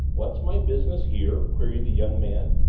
what's my business here? queried the young man,